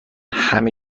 همه